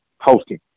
hosting